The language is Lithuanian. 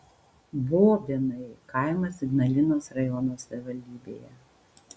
bobėnai kaimas ignalinos rajono savivaldybėje